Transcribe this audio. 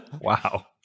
Wow